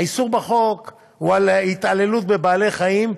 האיסור בחוק הוא על התעללות בבעלי-חיים,